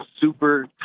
super